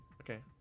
Okay